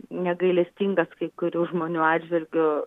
negailestingas kai kurių žmonių atžvilgiu